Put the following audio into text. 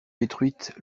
détruite